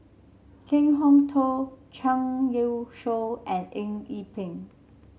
Kan Kwok Toh Zhang Youshuo and Eng Yee Peng